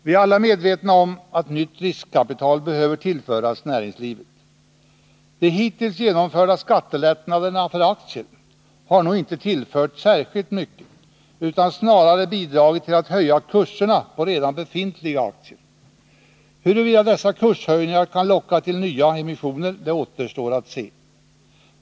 Vi är alla medvetna om att nytt riskkapital behöver tillföras näringslivet. De hittills genomförda skattelättnaderna för aktier har nog inte tillfört särskilt mycket. Snarare har de bidragit till att höja kurserna på redan befintliga aktier. Huruvida dessa kurshöjningar kan locka till nyemissioner återstår att se.